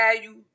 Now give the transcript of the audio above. value